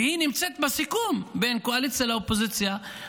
והיא נמצאת בסיכום בין קואליציה לאופוזיציה: